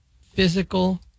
physical